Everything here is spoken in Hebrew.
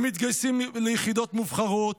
הם מתגייסים ליחידות מובחרות,